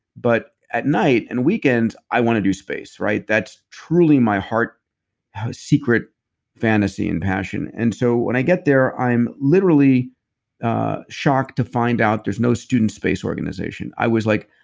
but at night and weekends, i wanna do space. right? that's truly my heart's secret fantasy and passion and so when i get there, i'm literally ah shocked to find out there's no student space organization. i was like,